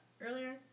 earlier